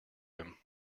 him